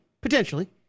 potentially